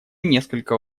несколько